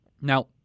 Now